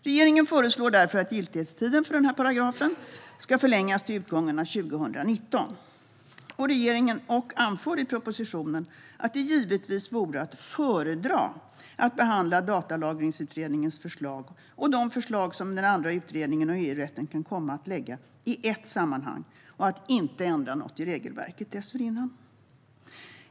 Regeringen föreslår därför att giltighetstiden för denna paragraf ska förlängas till utgången av 2019. Regeringen anför i propositionen att det givetvis vore att föredra att behandla Datalagringsutredningens förslag och de förslag som Utredningen om datalagring och EU-rätten kan komma att lägga i ett sammanhang och att inte ändra något i regelverket dessförinnan.